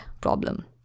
problem